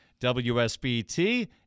WSBT